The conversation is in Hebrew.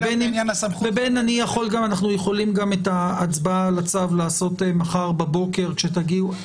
ואנחנו יכולים גם את ההצבעה על הצו לעשות מחר בבוקר כשתגיעו,